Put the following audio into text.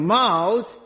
mouth